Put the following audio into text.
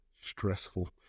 Stressful